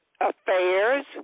Affairs